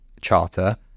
charter